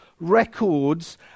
records